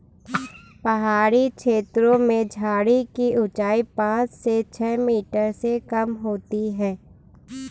पहाड़ी छेत्रों में झाड़ी की ऊंचाई पांच से छ मीटर से कम होती है